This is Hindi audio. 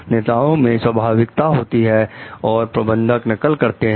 नेताओं में स्वाभाविक ता होती है और प्रबंधक नकल करते हैं